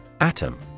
Atom